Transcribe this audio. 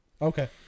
Okay